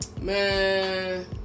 man